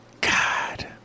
God